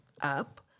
up